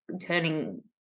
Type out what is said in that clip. turning